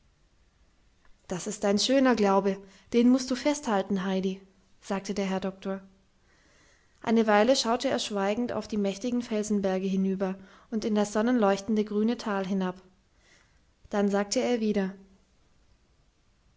das ist ein schöner glaube den mußt du festhalten heidi sagte der herr doktor eine weile schaute er schweigend auf die mächtigen felsenberge hinüber und in das sonnenleuchtende grüne tal hinab dann sagte er wieder